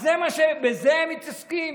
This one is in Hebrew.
אז בזה הם מתעסקים?